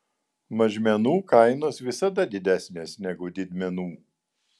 mažmenų kainos visada didesnės negu didmenų